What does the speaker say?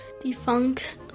Defunct